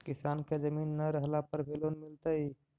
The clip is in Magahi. किसान के जमीन न रहला पर भी लोन मिलतइ?